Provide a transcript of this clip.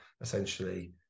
essentially